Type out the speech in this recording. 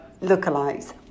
lookalikes